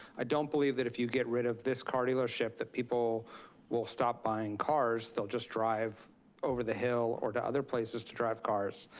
i don't believe that if you get rid of this car dealership that people will stop buying cars, they'll just drive over the hill or to other places to drive cars.